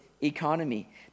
economy